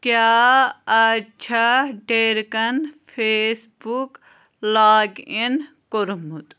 کیٛاہ اَز چھَا ڈیرکَن فیس بُک لاگ اِن کوٚرمُت